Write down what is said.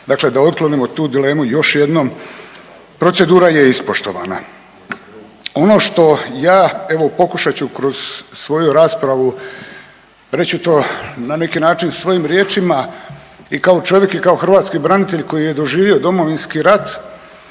Dakle, da otklonimo tu dilemu još jednom procedura je ispoštovana. Ono što ja evo pokušat ću kroz svoju raspravu reći ću to na neki način svojim riječima i kao čovjek i kao hrvatski branitelj koji je doživio Domovinski rat